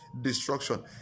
destruction